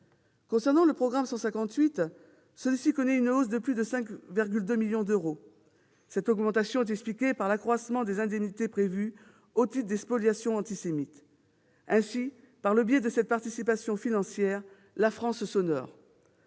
Concernant le programme 158, il connaît une hausse de plus de 5,2 millions d'euros. Cette augmentation est expliquée par l'accroissement des indemnités prévues au titre des spoliations antisémites. Par le biais de cette participation financière, la France s'honore.